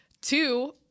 two